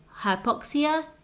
hypoxia